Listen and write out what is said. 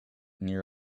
near